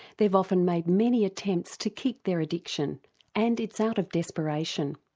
they've often made many attempts to kick their addiction and it's out of desperation.